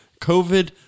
COVID